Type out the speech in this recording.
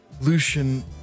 lucian